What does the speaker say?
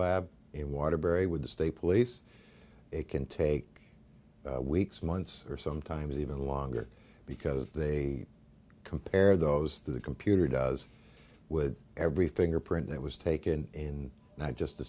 lab in waterbury with the state police it can take weeks months or sometimes even longer because they compare those the computer does with every fingerprint that was taken in not just the